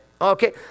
Okay